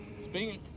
speaking